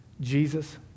Jesus